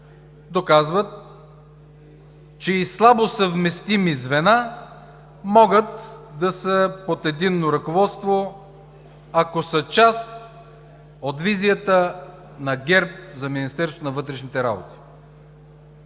доказват, че и слабо съвместими звена могат да са под единно ръководство, ако са част от визията на ГЕРБ за